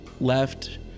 left